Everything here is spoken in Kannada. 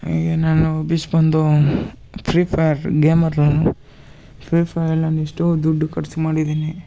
ಈಗ ನಾನು ಬಂದು ಫ್ರೀ ಫೈಯರ್ ಗೇಮರ್ ನಾನು ಫ್ರೀ ಫೈಯರಲ್ಲಿ ನಾನು ಎಷ್ಟೋ ದುಡ್ಡು ಖರ್ಚು ಮಾಡಿದ್ದೀನಿ